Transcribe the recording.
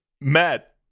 Matt